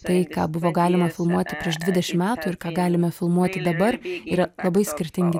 tai ką buvo galima filmuoti prieš dvidešim metų ir ką galime filmuoti dabar yra labai skirtingi